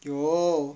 有